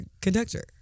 conductor